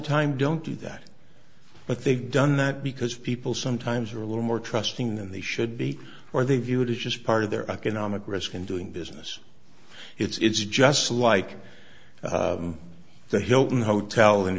time don't do that but they've done that because people sometimes are a little more trusting than they should be or they view it as just part of their economic risk in doing business it's just like the hilton hotel